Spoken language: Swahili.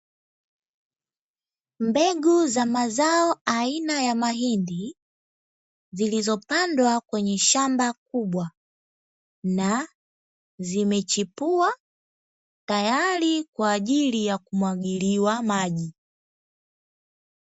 Mbegu za mazao aina ya mahindi, zilizopandwa kwenye shamba kubwa, na zimechipua tayari kwa ajili ya kumwagiliwa maji.